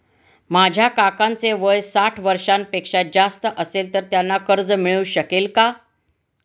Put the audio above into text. माझ्या काकांचे वय साठ वर्षांपेक्षा जास्त असेल तर त्यांना कर्ज मिळू शकेल का?